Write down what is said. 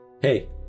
Hey